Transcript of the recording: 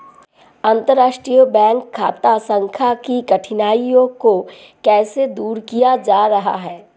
अंतर्राष्ट्रीय बैंक खाता संख्या की कठिनाइयों को कैसे दूर किया जा रहा है?